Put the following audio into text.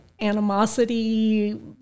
animosity